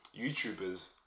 YouTubers